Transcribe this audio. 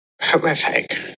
horrific